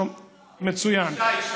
מצוין.